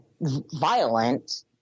violent